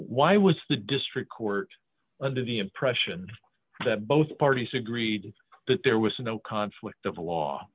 why was the district court under the impression that both parties agreed that there was no conflict of